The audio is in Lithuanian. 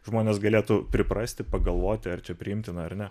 žmonės galėtų priprasti pagalvoti ar čia priimtina ar ne